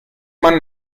man